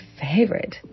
favorite